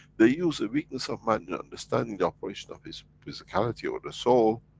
they use the weakness of man in understanding the operation of his physicality or the soul,